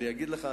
אני אגיד לך,